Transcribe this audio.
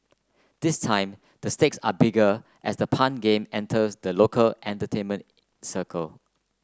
this time the stakes are bigger as the pun game enters the local entertainment circle